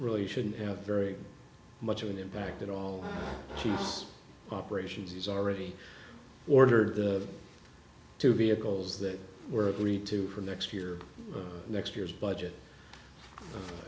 really shouldn't have very much of an impact at all she's operations he's already ordered the two vehicles that were agreed to from next year next year's budget